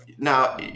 Now